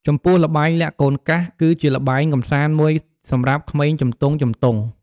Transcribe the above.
ចំពោះល្បែងលាក់កូនកាស គឺជាល្បែងកម្សាន្តមួយសម្រាប់ក្មេងជំទង់ៗ។